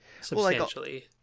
substantially